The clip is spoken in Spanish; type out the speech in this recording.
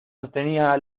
sostenía